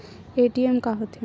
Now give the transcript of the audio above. ATM का होथे?